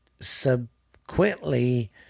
subsequently